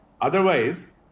Otherwise